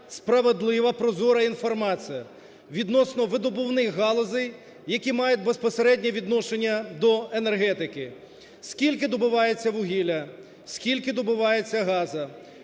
справедлива, прозора інформація відносно видобувних галузей, які мають безпосередньо відношення до енергетики. Скільки добувається вугілля, скільки добувається газу,